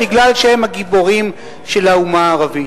בגלל שהם הגיבורים של האומה הערבית.